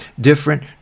different